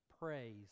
Praise